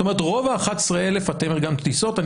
זאת אומרת רוב ה-11,000 אתם ארגנתם טיסות.